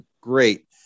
great